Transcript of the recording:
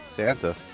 Santa